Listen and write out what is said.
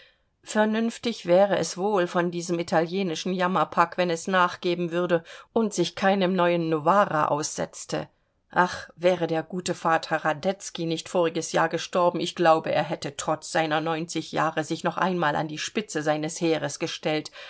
vernünftig wäre es wohl von diesem italienischen jammerpack wenn es nachgeben würde und sich keinem neuen novara aussetzte ach wäre der gute vater radetzky nicht voriges jahr gestorben ich glaube er hätte trotz seiner neunzig jahre sich noch einmal an die spitze seines heeres gestellt